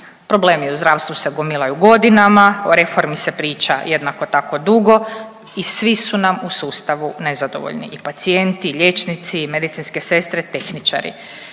Problemi u zdravstvu gomilaju godinama, o reformi se priča jednako tako dugo i svi su nam u sustavu nezadovoljni i pacijenti i liječnici i medicinske sestre, tehničari.